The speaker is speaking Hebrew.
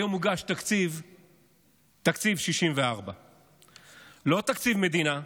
היום הוגש תקציב 64. לא תקציב מדינה,